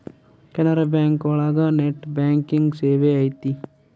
Canara bank ಒಳಗ net banking ಸೇವೆ ಐತಿ